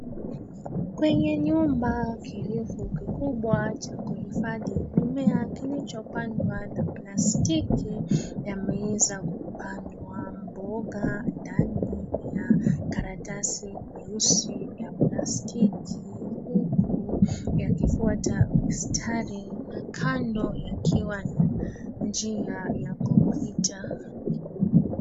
Kwenye nyumba kirefu kikubwa cha kuhifadhi mimea kilichopandwa na plastiki yameweza kupandwa mboga ndani ya karatasi nyeusi ya plastiki huku yakifuata mistari na kando yakiwa na njia ya kupita.